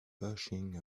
pushing